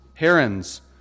Herons